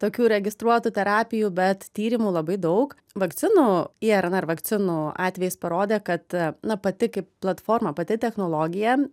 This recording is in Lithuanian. tokių registruotų terapijų bet tyrimų labai daug vakcinų irnr vakcinų atvejis parodė kad na pati kaip platforma pati technologija